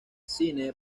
cine